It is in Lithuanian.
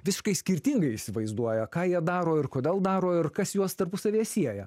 visiškai skirtingai įsivaizduoja ką jie daro ir kodėl daro ir kas juos tarpusavyje sieja